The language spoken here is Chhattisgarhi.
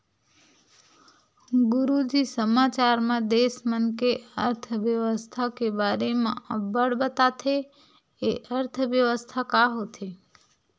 गुरूजी समाचार म देस मन के अर्थबेवस्था के बारे म अब्बड़ बताथे, ए अर्थबेवस्था का होथे?